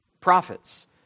prophets